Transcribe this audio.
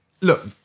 Look